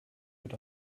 wird